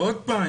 ועוד פעם,